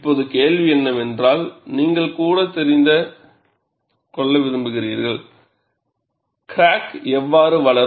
இப்போது கேள்வி என்னவென்றால் நீங்கள் கூட தெரிந்து கொள்ள விரும்புகிறீர்கள் கிராக் எவ்வாறு வளரும்